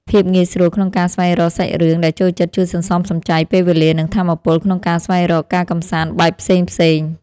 ភាពងាយស្រួលក្នុងការស្វែងរកសាច់រឿងដែលចូលចិត្តជួយសន្សំសំចៃពេលវេលានិងថាមពលក្នុងការស្វែងរកការកម្សាន្តបែបផ្សេងៗ។